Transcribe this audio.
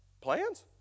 plans